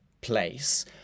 place